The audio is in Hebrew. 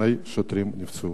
שני שוטרים נפצעו.